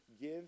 give